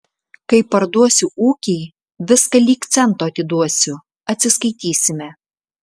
kai parduosiu ūkį viską lyg cento atiduosiu atsiskaitysime